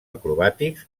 acrobàtics